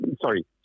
sorry